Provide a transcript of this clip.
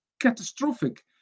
catastrophic